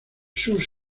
sus